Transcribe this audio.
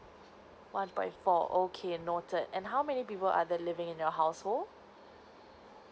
one point four okay noted and how many people are there living in your household